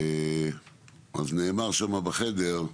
אז נאמר שם בחדר,